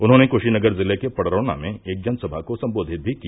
उन्होंने कुशीनगर जिले के पड़रीना में एक जनसभा को सम्बोधित भी किया